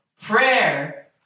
Prayer